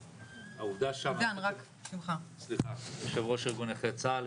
אני יושב-ראש ארגון נכי צה"ל.